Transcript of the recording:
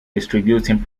distributing